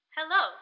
Hello